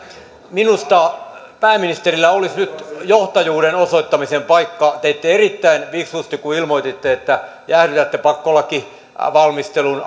minusta pääministerillä olisi nyt johtajuuden osoittamisen paikka teitte erittäin fiksusti kun ilmoititte että jäädytätte pakkolakivalmistelun